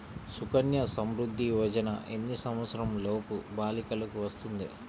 సుకన్య సంవృధ్ది యోజన ఎన్ని సంవత్సరంలోపు బాలికలకు వస్తుంది?